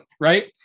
Right